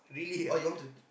oh you want to